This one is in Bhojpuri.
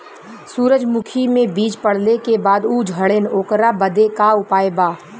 सुरजमुखी मे बीज पड़ले के बाद ऊ झंडेन ओकरा बदे का उपाय बा?